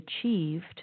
achieved